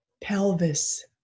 pelvis